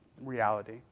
reality